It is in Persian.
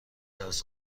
درس